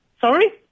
Sorry